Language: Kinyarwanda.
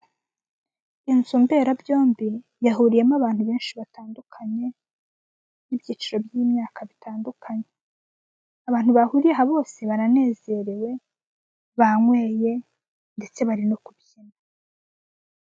Inzu mberebyombi yahuriwemo abantu benshi batandukanye n'ibyiciro by'imyaka bitandukanye. Abantu bahuriye aha bose baranezerewe banyweye ndetse bari no kubyina.